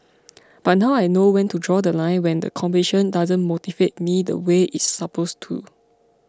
but now I know when to draw The Line when the competition doesn't motivate me the way it's supposed to